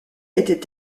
étaient